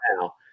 now